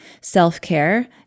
self-care